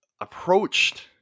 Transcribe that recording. approached